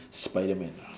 spiderman ah